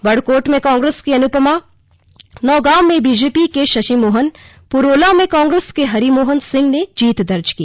बड़कोट में कांग्रेस की अनुपमा नौगांव में बीजेपी के शशिमोहन पुरोला में कांग्रेस के हरिमोहन सिंह ने जीत दर्ज की